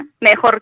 mejor